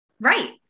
right